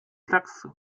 klacks